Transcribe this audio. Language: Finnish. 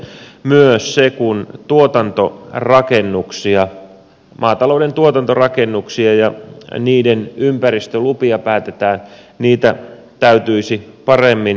myös kun tuotantorakennuksista maatalouden tuotantorakennuksista ja niiden ympäristöluvista päätetään niitä täytyisi paremmin saada käsittelyyn